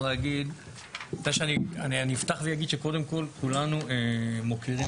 אני אפתח ואגיד שקודם כל כולנו מוקירים